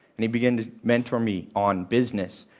and he began to mentor me on business.